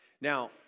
Now